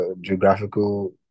Geographical